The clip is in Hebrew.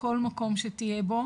בכל מקום שתהיה בו